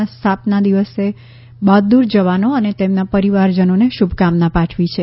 ના સ્થાપના દિવસે બહાદુર જવાનો અને તેમના પરિવારજનોને શુભકામના પાઠવી છે